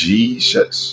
Jesus